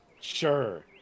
Sure